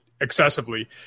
excessively